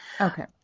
Okay